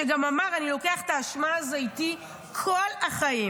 שבו הוא גם אמר: אני לוקח את האשמה הזאת איתי כל החיים.